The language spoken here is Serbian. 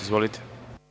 Izvolite.